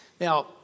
Now